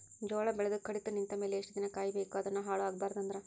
ಜೋಳ ಬೆಳೆದು ಕಡಿತ ನಿಂತ ಮೇಲೆ ಎಷ್ಟು ದಿನ ಕಾಯಿ ಬೇಕು ಅದನ್ನು ಹಾಳು ಆಗಬಾರದು ಅಂದ್ರ?